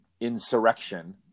insurrection